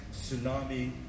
tsunami